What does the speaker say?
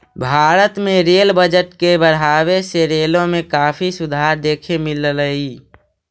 भारत में rail budget के बढ़ावे से रेलों में काफी सुधार देखे मिललई